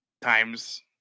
Times